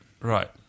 Right